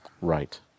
Right